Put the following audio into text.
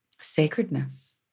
sacredness